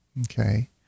Okay